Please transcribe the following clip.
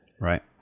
Right